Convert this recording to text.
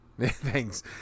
Thanks